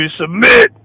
submit